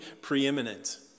preeminent